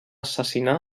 assassinar